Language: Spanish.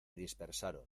dispersaron